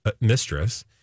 mistress